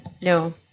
No